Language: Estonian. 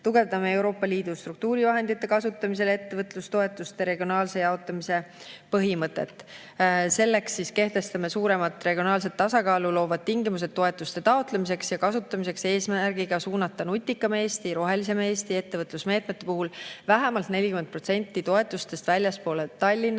Tugevdame Euroopa Liidu struktuurivahendite kasutamisel ettevõtlustoetuste regionaalse jaotamise põhimõtet. Selleks kehtestame suuremat regionaalset tasakaalu loovad tingimused toetuste taotlemiseks ja kasutamiseks eesmärgiga suunata Nutikama Eesti ja Rohelisema Eesti ettevõtlusmeetmete puhul vähemalt 40% toetustest väljapoole Tallinna